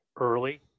early